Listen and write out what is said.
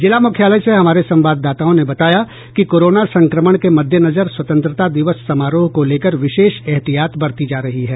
जिला मुख्यालय से हमारे संवाददाताओं ने बताया कि कोरोना संक्रमण के मद्देनजर स्वतंत्रता दिवस समारोह को लेकर विशेष एहतियात बरती जा रही है